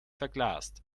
verglast